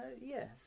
yes